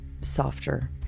softer